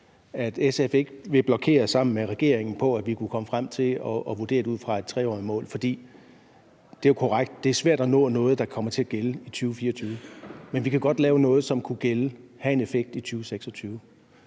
at SF ikke sammen med regeringen vil blokere for, at vi kunne komme frem til at vurdere det ud fra et 3-årigt mål, for det er korrekt, at det er svært at nå noget, der kommer til at gælde i 2024, men vi kan godt lave noget, som kunne have en effekt i 2026.